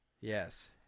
Yes